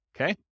okay